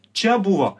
čia buvo